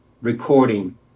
recording